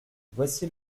voici